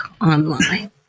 online